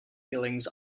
killings